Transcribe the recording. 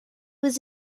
was